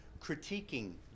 critiquing